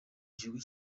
gihugu